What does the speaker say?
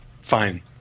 Fine